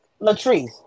Latrice